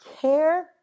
care